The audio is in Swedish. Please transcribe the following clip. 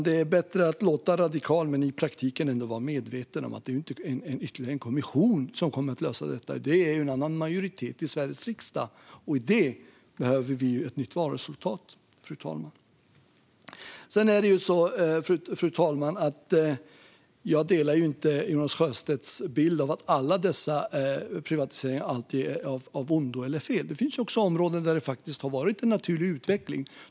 Det är bättre att låta radikal men i praktiken ändå vara medveten om att det som kommer att lösa detta inte är ytterligare en kommission utan en annan majoritet i Sveriges riksdag. För det behöver vi ett nytt valresultat, fru talman. Sedan, fru talman, delar jag inte Jonas Sjöstedts bild av att alla privatiseringar alltid är av ondo eller fel. Det finns också områden där det faktiskt har varit en naturlig utveckling.